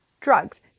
drugs